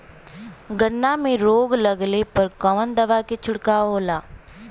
गन्ना में रोग लगले पर कवन दवा के छिड़काव होला?